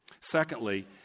Secondly